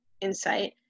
insight